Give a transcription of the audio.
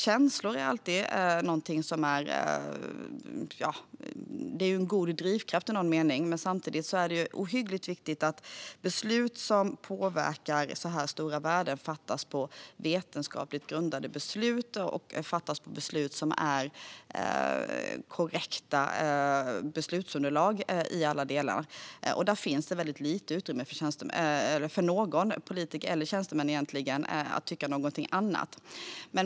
Känslor är i någon mening en god drivkraft. Men samtidigt är det ohyggligt viktigt att beslut som påverkar så här stora värden fattas på vetenskaplig grund och med i alla delar korrekta beslutsunderlag. Där finns det väldigt lite utrymme för någon politiker eller tjänsteman att tycka någonting annat.